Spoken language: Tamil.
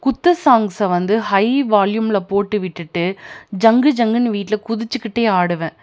குத்து சாங்ஸை வந்து ஹை வால்யூமில் போட்டு விட்டுட்டு ஜங்கு ஜங்குன்னு வீட்டில் குதிச்சுக்கிட்டே ஆடுவேன்